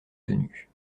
tenue